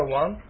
one